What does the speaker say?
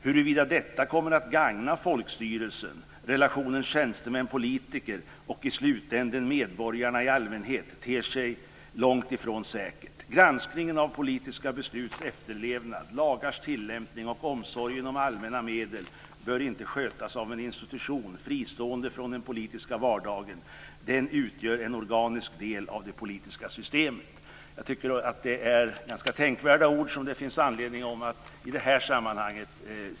Huruvida detta kommer att gagna folkstyrelsen, relationen tjänstemän politiker, och i slutänden medborgarna i allmänhet ter sig långt ifrån säkert. Granskningen av politiska besluts efterlevnad, lagars tillämpning och omsorgen om allmänna medel bör inte skötas av en institution fristående från den politiska vardagen, den utgör en organisk del av det politiska systemet." Jag tycker att det är ganska tänkvärda ord som det finns anledning att citera i det här sammanhanget.